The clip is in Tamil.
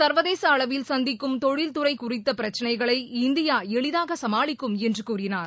சர்வதேச அளவில் சந்திக்கும் தொழில்துறை குறித்த பிரச்சளைகளை இந்தியா எளிதாக சமாளிக்கும் என்று கூறினார்